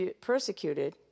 persecuted